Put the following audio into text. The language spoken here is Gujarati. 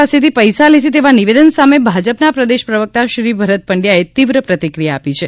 પાસેથી પૈસા લે છે તેવા નિવેદન સામે ભાજપના પ્રદેશ પ્રવક્તા શ્રી ભરત પંડ્યાએ તીવ્ર પ્રતિક્રિયા આપી છે